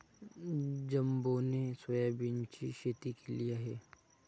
जंबोने सोयाबीनची शेती केली आहे